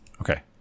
okay